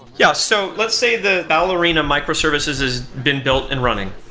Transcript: yeah. so let's say the ballerina microservices has been built and running,